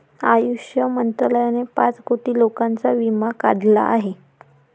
आयुष मंत्रालयाने पाच कोटी लोकांचा विमा काढला आहे